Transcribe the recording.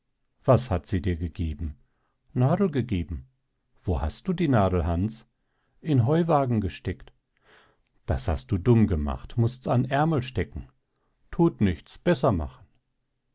was hat sie dir gegeben nadel gegeben wo hast du die nadel hans in heuwagen gesteckt das hast du dumm gemacht mußts an aermel stecken thut nichts besser machen